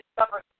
Discover